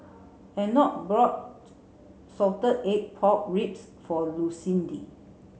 Enoch brought salted egg pork ribs for Lucindy